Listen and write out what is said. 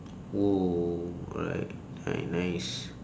oh right alright nice